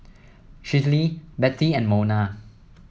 Schley Bettie and Mona